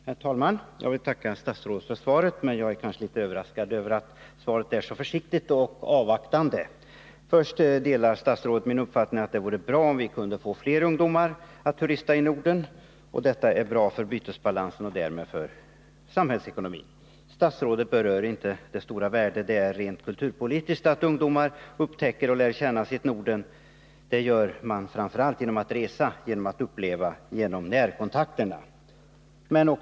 Herr talman! Jag vill tacka statsrådet för svaret, men jag är kanske litet överraskad över att att det är så försiktigt och avvaktande. Statsrådet förklarar att han delar min uppfattning, att det vore bra om vi Nr 119 kunde få fler ungdomar att turista i Norden och att det vore bra för Tisdagen den bytesbalansen och därmed även för samhällsekonomin. 21 april 1981 Statsrådet berör inte det stora värde rent kulturpolitiskt som ligger i att: i ungdomarna upptäcker och lär känna sitt Norden. Det gör man framför allt Om ökad nordisk genom att resa, genom att uppleva och genom närkontakter med natur och människor.